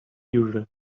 usual